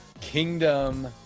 Kingdom